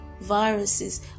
viruses